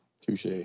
Touche